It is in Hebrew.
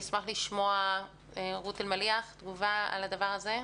רות אלמליח, אשמח לשמוע תגובה על הדבר הזה.